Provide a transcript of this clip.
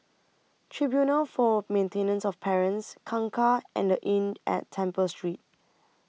Tribunal For Maintenance of Parents Kangkar and The Inn At Temple Street